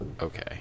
okay